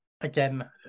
again